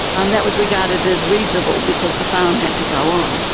and that was regarded as reasonable, because the farm had to go on.